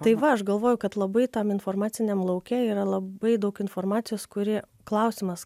tai va aš galvoju kad labai tam informaciniam lauke yra labai daug informacijos kuri klausimas